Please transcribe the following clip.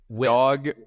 Dog